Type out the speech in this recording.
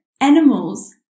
animals